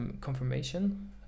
confirmation